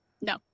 No